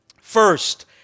First